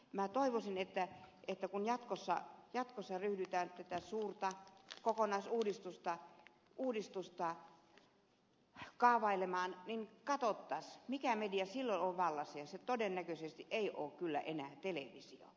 minä toivoisin että kun jatkossa ryhdytään tätä suurta kokonaisuudistusta kaavailemaan niin katsottaisiin mikä media silloin on vallalla ja se todennäköisesti ei ole kyllä enää televisio